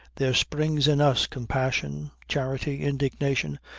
there springs in us compassion, charity, indignation,